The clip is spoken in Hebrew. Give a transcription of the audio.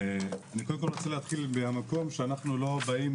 אני קודם כל רוצה להתחיל מהמקום שאנחנו לא באים,